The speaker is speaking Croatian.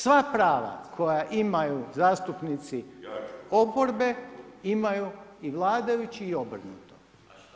Sva prava koja imaju zastupnici oporbe, imaju i vladajući i oporba.